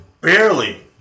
barely